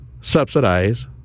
Subsidize